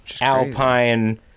Alpine